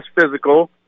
physical